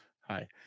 Hi